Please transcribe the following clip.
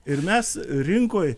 ir mes rinkoj